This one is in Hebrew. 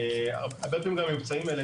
הרבה פעמים במבצעים האלה,